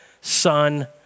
son